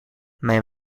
mijn